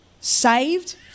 saved